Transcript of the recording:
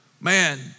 man